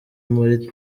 muri